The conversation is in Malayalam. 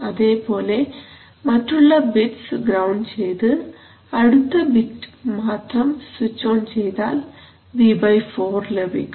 അതേപോലെ മറ്റുള്ള ബിറ്റ്സ് ഗ്രൌണ്ട് ചെയ്ത് അടുത്ത ബിറ്റ് മാത്രം സ്വിച്ച് ഓൺ ചെയ്താൽ V4 ലഭിക്കും